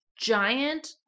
giant